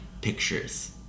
pictures